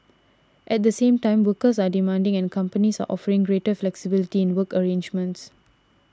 at the same time workers are demanding and companies are offering greater flexibility in work arrangements